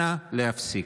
אנא, להפסיק.